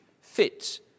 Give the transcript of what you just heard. fits